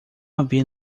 havia